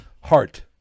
Heart